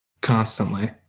constantly